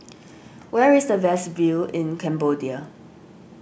where is the best view in Cambodia